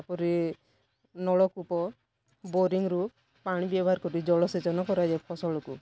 ତା'ପରେ ନଳକୂପ ବୋରିଙ୍ଗ୍ରୁ ପାଣି ବ୍ୟବହାର କରି ଜଳସେଚନ କରାଯାଏ ଫସଲକୁ